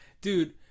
dude